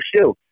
shoe